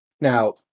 now